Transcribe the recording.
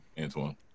antoine